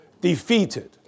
defeated